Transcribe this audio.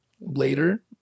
later